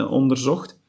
onderzocht